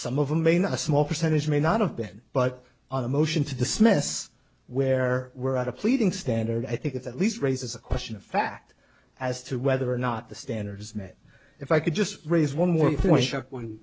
some of them may not a small percentage may not have been but on a motion to dismiss where we're at a pleading standard i think it's at least raises a question of fact as to whether or not the standards met if i could just raise one more point shock when